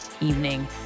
evening